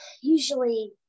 Usually